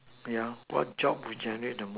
yeah what job would generate the